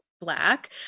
black